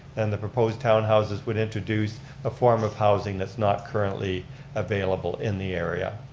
and the proposed townhouses would introduce a form of housing that's not currently available in the area.